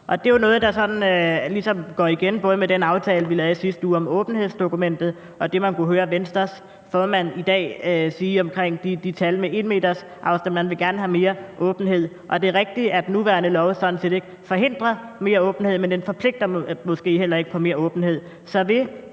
sådan ligesom går igen, både med den aftale, vi lavede i sidste uge om åbenhedsdokumentet, og det, som man kunne høre Venstres formand sige i dag omkring de tal med 1 m's afstand, nemlig at man gerne vil have mere åbenhed. Og det er rigtigt, at den nuværende lov sådan set ikke forhindrer mere åbenhed, men den forpligter måske heller ikke nogen på mere åbenhed.